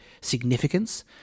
significance